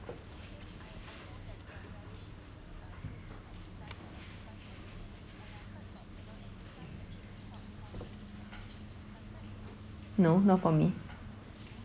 no not for me